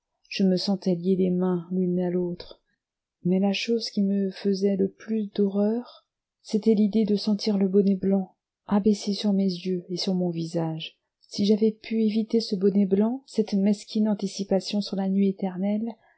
je me sentais lier les mains l'une à l'autre mais la chose qui me faisait le plus d'horreur c'était l'idée de sentir le bonnet blanc abaissé sur mes yeux et sur mon visage si j'avais pu éviter ce bonnet blanc cette mesquine anticipation sur la nuit éternelle